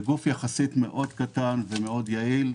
זה גוף יחסית קטן מאוד ויעיל מאוד.